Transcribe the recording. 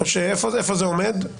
איפה זה עומד?